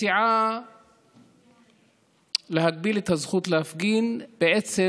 הצעת לתקן את החוק ולפחות לאפשר